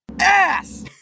Ass